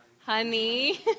honey